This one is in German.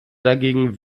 dagegen